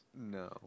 No